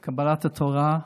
את קבלת התורה,